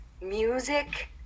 music